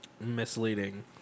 Misleading